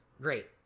great